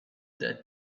that